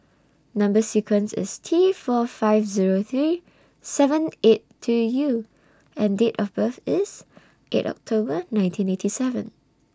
Number sequence IS T four five Zero three seven eight two U and Date of birth IS eight October nineteen eighty seven